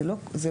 זה לא אוטומטית.